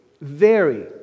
vary